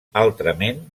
altrament